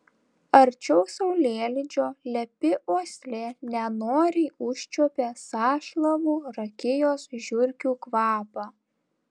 arčiau saulėlydžio lepi uoslė nenoriai užčiuopia sąšlavų rakijos žiurkių kvapą